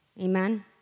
Amen